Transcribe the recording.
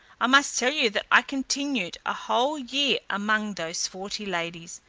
i must tell you that i continued a whole year among those forty ladies,